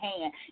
hand